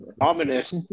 ominous